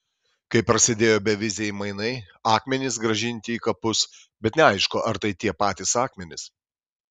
kai prasidėjo beviziai mainai akmenys grąžinti į kapus bet neaišku ar tai tie patys akmenys